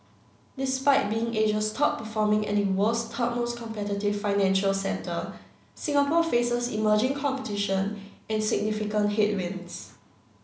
despite being Asia's top performing and the world's third most competitive financial centre Singapore faces emerging competition and significant headwinds